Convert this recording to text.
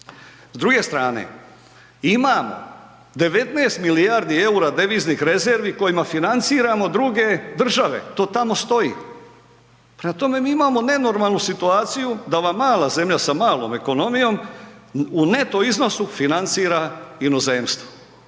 S druge strane imamo 19 milijardi eura deviznih rezervi kojima financiramo druge države, to tamo stoji. Prema tome, mi imamo nenormalnu situaciju da vam mala zemlja sa malom ekonomijom u neto iznosu financira inozemstvo.